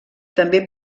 també